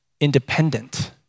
independent